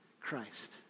Christ